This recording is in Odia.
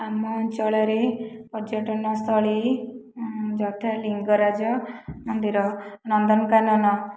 ଆମ ଅଞ୍ଚଳରେ ପର୍ଯ୍ୟଟନ ସ୍ଥଳୀ ଯଥା ଲିଙ୍ଗରାଜ ମନ୍ଦିର ନନ୍ଦନକାନନ